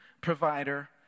provider